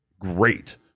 great